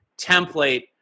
template